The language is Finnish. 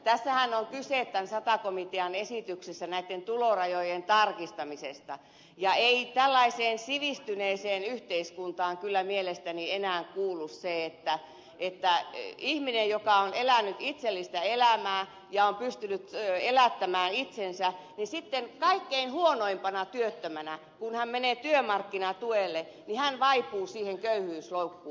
tässähän on kyse tämän sata komitean esityksessä näiden tulorajojen tarkistamisesta ja ei tällaiseen sivistyneeseen yhteiskuntaan kyllä mielestäni enää kuulu se että ihminen joka on elänyt itsellistä elämää ja on pystynyt elättämään itsensä sitten kaikkein huono osaisimpana työttömänä kun hän menee työmarkkinatuelle vaipuu siihen köyhyysloukkuun